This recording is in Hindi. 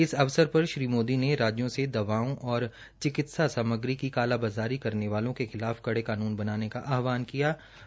इस अवसर पर श्री मोदी ने राज्यों से दवाओं और चिकित्सा सामग्री की कालाबाज़ारी करने वालों के खिलाफ कड़े कानून बनाने का आहवान किया है